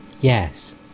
yes